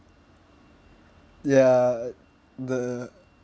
ya the